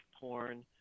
porn